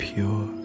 pure